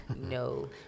no